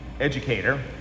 educator